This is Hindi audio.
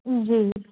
जी